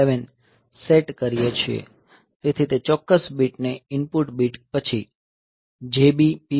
7 set કરીએ છીએ તેથી તે ચોક્કસ બીટને ઇનપુટ બીટ પછી JB P1